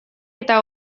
eta